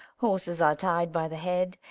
horses are tied by the head,